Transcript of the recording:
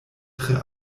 tre